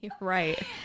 Right